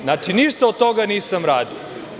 Znači, ništa od toga nisam radio.